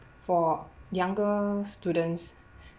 for younger students